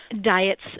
diets